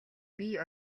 бие